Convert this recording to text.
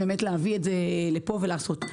להביא את זה לפה ולעשות.